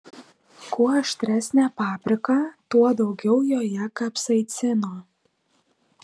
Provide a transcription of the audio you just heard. kuo aštresnė paprika tuo daugiau joje kapsaicino